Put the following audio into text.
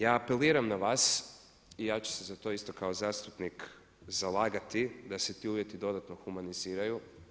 Ja apeliram na vas i ja ću se za to isto kao zastupnik zalagati da se ti uvjeti dodatno humaniziraju.